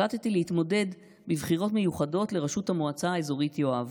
החלטתי להתמודד בבחירות מיוחדות לראשות המועצה האזורית יואב